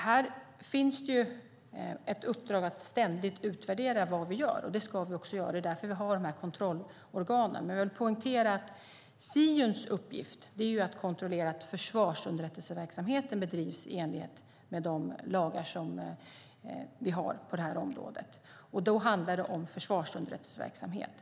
Det vore olyckligt. Här finns ett uppdrag att ständigt utvärdera vad vi gör. Det ska vi också göra, och det är därför vi har kontrollorganen. Siuns uppgift är att kontrollera att försvarsunderrättelseverksamheten bedrivs i enlighet med de lagar som vi har på det här området. Då handlar det om försvarsunderrättelseverksamhet.